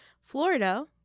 Florida